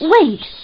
Wait